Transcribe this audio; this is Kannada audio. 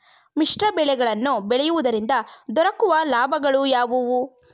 ಮಿಶ್ರ ಬೆಳೆಗಳನ್ನು ಬೆಳೆಯುವುದರಿಂದ ದೊರಕುವ ಲಾಭಗಳು ಯಾವುವು?